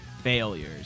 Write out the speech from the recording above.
failures